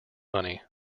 money